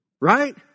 right